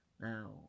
now